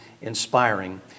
inspiring